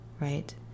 right